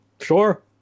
sure